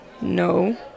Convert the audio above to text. No